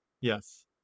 Yes